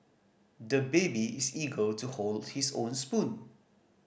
the baby is eager to hold his own spoon